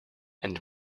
and